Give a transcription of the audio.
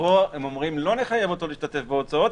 ופה הם אומרים: לא נחייב אותו להשתתף בהוצאות,